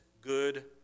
good